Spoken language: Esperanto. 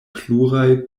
pluraj